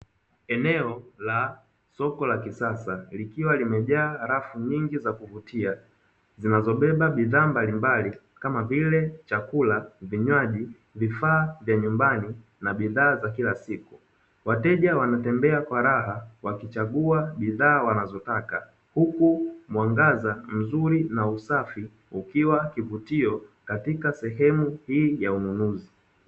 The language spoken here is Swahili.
Eneo la soko la kisasa likiwa limejaa rafu nyingi za kuvutia zinazobeba bidhaa mbalimbali kama vile: chakula, vinywaji, vifaa vya nyumbani na bidhaa za kila siku. Wateja wanatembea kwa raha wakichagua bidhaa wanazotaka huku mwangaza mzuri na usafi ukiwa kivutio katika sehemu hii ya ununuzi.